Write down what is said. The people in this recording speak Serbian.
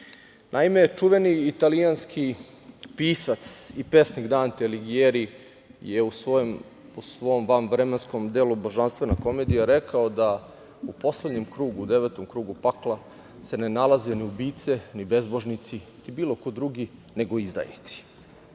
reči. Naime, čuveni italijanski pisac i pesnik Dante Aligijeri je u svom vanvremenskom delu „Božanstvena komedija“ rekao da u poslednjem krugu, devetom krugu pakla, se ne nalaze ni ubice, ni bezbožnici, niti bilo ko drugi, nego izdajnici. Iako